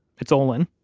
it's olin.